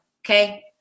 okay